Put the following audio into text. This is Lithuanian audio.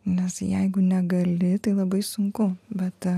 nes jeigu negali tai labai sunku bet